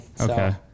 Okay